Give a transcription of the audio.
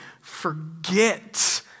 forget